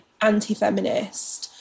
anti-feminist